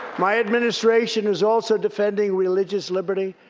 my administration is also defending religious liberty,